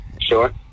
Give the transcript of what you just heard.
Sure